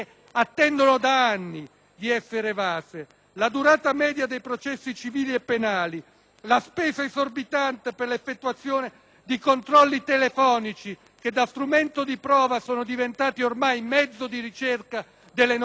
la spesa esorbitante per l'effettuazione di controlli telefonici, che da strumento di prova sono diventati ormai mezzo di ricerca delle notizie di reato *(Applausi dal Gruppo* *PdL)* sono sintomi della stessa patologia degenerativa